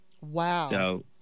Wow